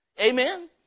Amen